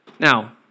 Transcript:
Now